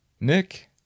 Nick